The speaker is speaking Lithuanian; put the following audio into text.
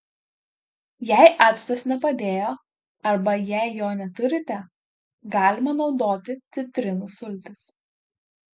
jei actas nepadėjo arba jei jo neturite galima naudoti citrinų sultis